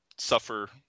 suffer